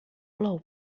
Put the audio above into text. plou